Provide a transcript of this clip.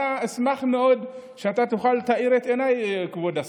אנא, אשמח מאוד שאתה תאיר את עיניי, כבוד השר.